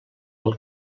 pel